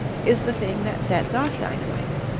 is the thing that sets off dynamite.